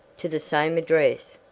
to the same address,